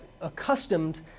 accustomed